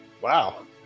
Wow